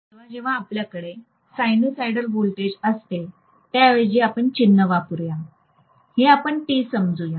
जेव्हा जेव्हा आपल्याकडे साइनसॉइडल व्होल्टेज असते त्याऐवजी आपण चिन्ह वापरूया हे आपण टी समजूया